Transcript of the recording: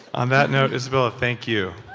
on that note, isabella, thank you